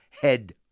head